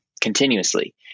continuously